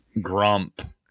grump